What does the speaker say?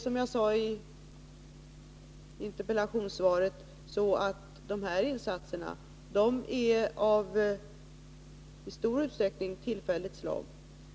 Som jag sade i interpellationssvaret är de här insatserna i stor utsträckning av tillfälligt slag.